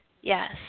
Yes